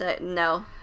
No